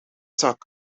zak